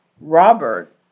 Robert